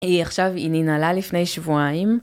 היא עכשיו, היא ננעלה לפני שבועיים.